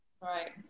Right